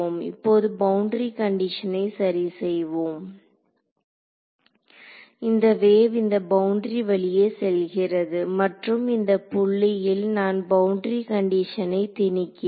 இப்போது பவுண்டரி கண்டிஷனை சரி செய்வோம் இந்த வேவ் இந்த பவுண்டரி வழியே செல்கிறது மற்றும் இந்த புள்ளியில் நான் பவுண்டரி கண்டிஷனை திணிக்கிறேன்